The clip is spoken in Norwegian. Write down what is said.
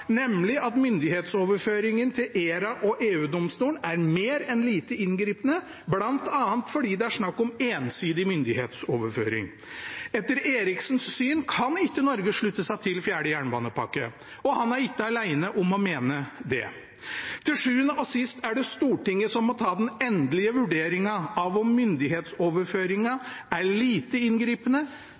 nemlig at myndighetsoverføringen til ERA og EU-domstolen er «mer enn lite inngripende», bl.a. fordi det er snakk om ensidig myndighetsoverføring. Etter Eriksens syn kan ikke Norge slutte seg til fjerde jernbanepakke, og han er ikke alene om å mene det. Til sjuende og sist er det Stortinget som må ta den endelige vurderingen av om myndighetsoverføringen er «lite inngripende» eller «mer enn lite inngripende»,